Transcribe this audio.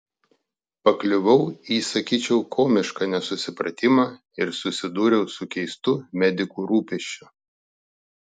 pakliuvau į sakyčiau komišką nesusipratimą ir susidūriau su keistu medikų rūpesčiu